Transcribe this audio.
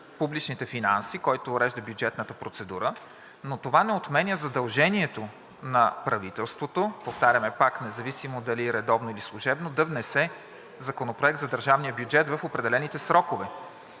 публичните финанси, който урежда бюджетната процедура, но това не отменя задължението на правителството, повтаряме пак, независимо дали редовно, или служебно, да внесе Законопроект за държавния бюджет в определените срокове.